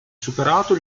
superato